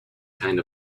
kind